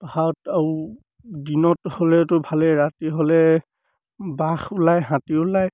ভাত আৰু দিনত হ'লেতো ভালেই ৰাতি হ'লে বাঘ ওলায় হাতী ওলায়